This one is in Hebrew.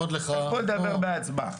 מדבר מהשטח זה לא באמת קורה בפועל.